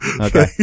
Okay